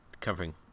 Covering